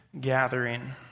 gathering